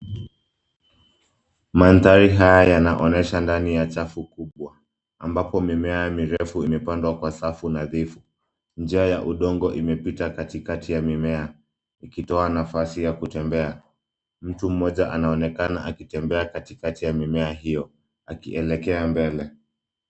Mandhari haya yanaonyesha ndani ya chafu kubwa ambapo mimea mirefu imepandwa kwa safu nadhifu. Njia ya udongo imepita katikati ya mimea ikitoa nafasi ya kutembea. Mtu mmoja anaonekana akitembea katikati ya mimea hiyo akielekea mbele.